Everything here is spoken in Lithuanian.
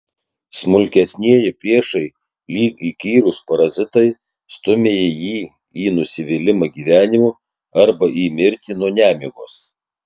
smulkesnieji priešai lyg įkyrūs parazitai stumią jį į nusivylimą gyvenimu arba į mirtį nuo nemigos